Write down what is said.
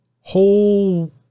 whole